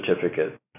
certificate